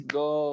go